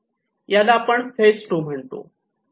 याला आपण फेज 2 म्हणतो